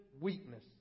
weakness